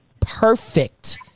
Perfect